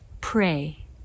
pray